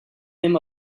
him